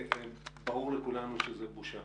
ברור לכולנו שזו בושה,